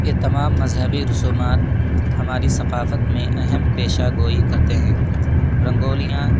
یہ تمام مذہبی رسومات ہماری ثقافت میں اہم پیشہ گوئی کرتے ہیں رنگولیاں